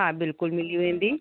हा बिल्कुलु मिली वेंदी